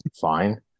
Fine